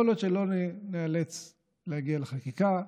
יכול להיות שלא נאלץ להגיע לחקיקה.